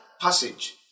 passage